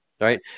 right